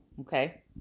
Okay